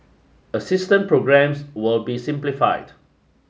assistance programmes will be simplified